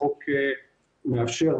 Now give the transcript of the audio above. החוק מאפשר,